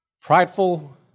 prideful